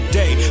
day